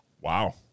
wow